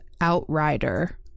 outrider